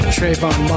Trayvon